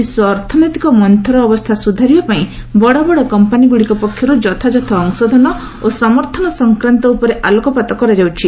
ବିଶ୍ୱ ଅର୍ଥନୈତିକ ମନ୍ଦୁର ଅବସ୍ଥା ସୁଧାରିବାପାଇଁ ବଡ଼ ବଡ଼ କମ୍ପାନୀଗୁଡ଼ିକ ପକ୍ଷରୁ ଯଥାଯଥ ଅଂଶଧନ ଓ ସମର୍ଥନ ସଂକ୍ରାନ୍ତ ଉପରେ ଆଲୋକପାତ କରାଯାଉଛି